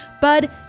Bud